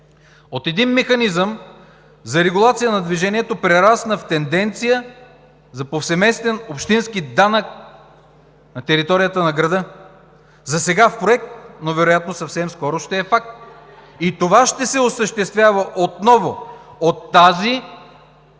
От един механизъм за регулация на движението прерасна в тенденция за повсеместен общински данък на територията на града – засега в проект, но вероятно съвсем скоро ще е факт. И отново това ще се осъществява от тази